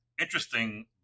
Interesting